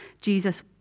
Jesus